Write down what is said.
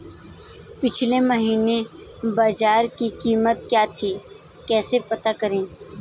पिछले महीने बाजरे की कीमत क्या थी कैसे पता करें?